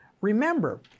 Remember